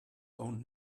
own